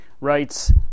writes